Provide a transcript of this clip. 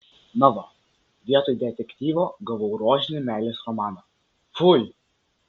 na va vietoj detektyvo gavau rožinį meilės romaną fui